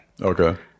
Okay